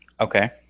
Okay